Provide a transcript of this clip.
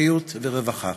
בריאות ורווחה.